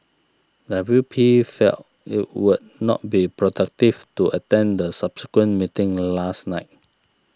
W P felt it would not be productive to attend the subsequent meeting last night